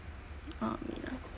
oh wait ah